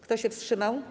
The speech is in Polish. Kto się wstrzymał?